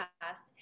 past